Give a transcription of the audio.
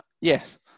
yes